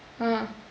ah